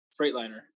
freightliner